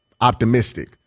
optimistic